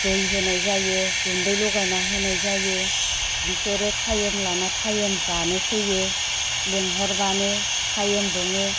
दै होनाय जायो गुन्दै लगायनानै होनाय जायो बिसोरो टाइम लाना टाइम जानो फैयो लेंहरबानो टाइम दङो